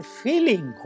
feeling